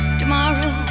tomorrow